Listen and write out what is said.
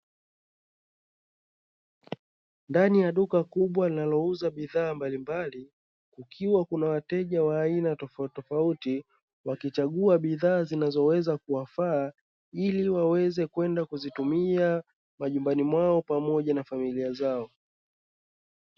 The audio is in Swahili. Ndani ya duka kubwa linalouza bidhaa mbalimbali kukiwa na wateja wa aina tofauti tofauti wakichagua bidhaa wanazo wafaa, ili waweze kwenda kuzitumia majumbani mwao pamoja na familia zao.